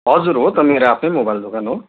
हजुर हो त मेरो आफ्नै मोबाइल दोकान हो